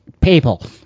people